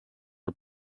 are